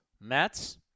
Mets